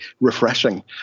refreshing